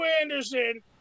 Anderson